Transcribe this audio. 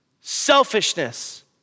selfishness